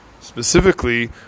specifically